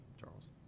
Charles